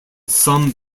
some